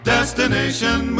Destination